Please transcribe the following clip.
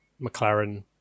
McLaren